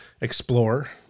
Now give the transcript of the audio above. explore